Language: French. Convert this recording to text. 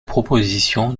proposition